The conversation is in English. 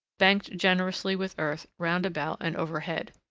banked generously with earth round about and overhead.